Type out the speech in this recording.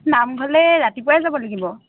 নামঘৰলে ৰাতিপুৱাই যাব লাগিব